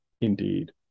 Indeed